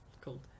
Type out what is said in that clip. cool